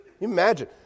Imagine